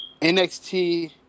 NXT